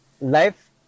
life